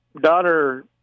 daughter